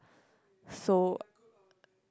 so